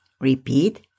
Repeat